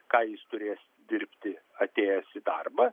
ką jis turės dirbti atėjęs į darbą